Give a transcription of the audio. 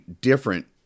different